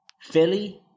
Philly